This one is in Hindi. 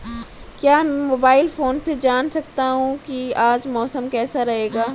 क्या मैं मोबाइल फोन से जान सकता हूँ कि आज मौसम कैसा रहेगा?